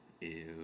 ew